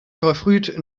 verfrüht